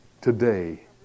today